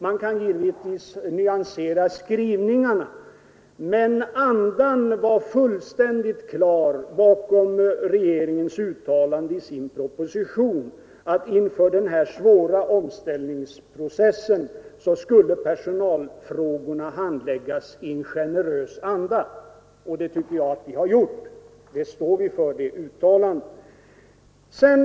Man kan givetvis nyansera skrivningarna, men andan var fullständigt klar i regeringens uttalande i propositionen, att inför den här svåra omställningsprocessen skall vi handlägga personalfrågorna i en generös anda — och det tycker jag att vi har gjort. Det uttalandet står jag för.